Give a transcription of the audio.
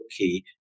okay